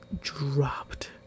dropped